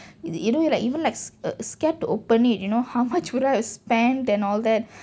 you know like even like scared to open it you know how much would I have spent and all that